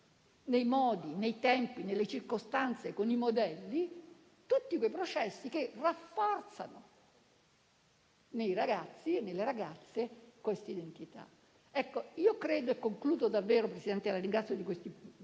nei modi, nei tempi, nelle circostanze, con i modelli, tutti quei processi che rafforzano nei ragazzi e nelle ragazze questa identità. Concludo, signor Presidente, e la ringrazio per questa manciata